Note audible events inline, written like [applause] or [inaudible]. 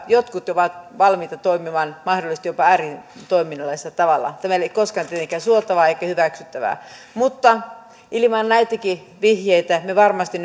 jotkut ovat valmiita toimimaan mahdollisesti jopa ääritoiminnallisella tavalla tämä ei ole koskaan tietenkään suotavaa eikä hyväksyttävää mutta ilman näitäkin vihjeitä me varmasti [unintelligible]